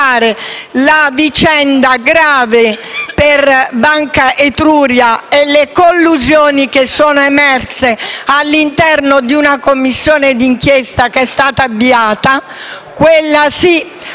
la vicenda grave di Banca Etruria e le collusioni emerse all'interno di una Commissione di inchiesta che è stata avviata - quella sì,